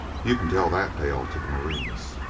you can tell that tale to the marines.